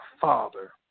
father